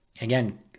again